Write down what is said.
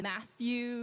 Matthew